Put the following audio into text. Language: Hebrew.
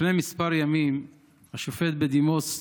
לפני כמה ימים השופט בדימוס שוהם,